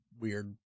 weird